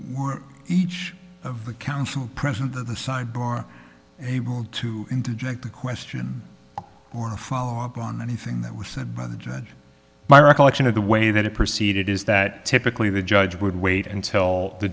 each of the counsel present of the sidebar and able to interject a question or a follow up on anything that was said by the judge my recollection of the way that it proceeded is that typically the judge would wait until the